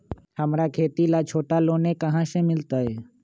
हमरा खेती ला छोटा लोने कहाँ से मिलतै?